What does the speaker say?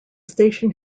station